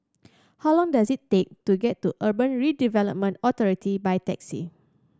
how long does it take to get to Urban Redevelopment Authority by taxi